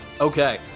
Okay